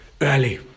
early